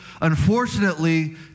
Unfortunately